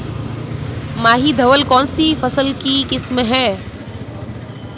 माही धवल कौनसी फसल की किस्म है?